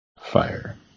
fire